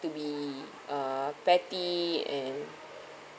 to be uh petty and